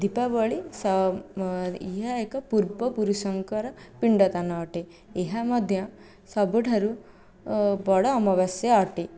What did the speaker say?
ଦୀପାବଳି ଏହା ଏକ ପୂର୍ବପୁରୁଷଙ୍କର ପିଣ୍ଡଦାନ ଅଟେ ଏହା ମଧ୍ୟ ସବୁଠାରୁ ବଡ଼ ଅମାବାସ୍ୟା ଅଟେ